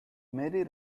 mary